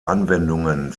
anwendungen